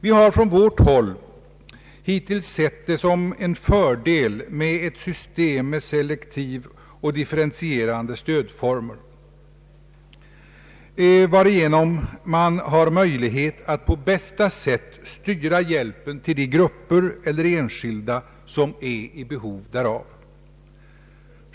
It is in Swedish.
Vi har från vårt håll hittills sett det som en fördel med ett system med selektiva och differentierade stödformer, varigenom man har möjligheter att på bästa sätt styra hjälpen till de grupper eller enskilda som är i behov därav.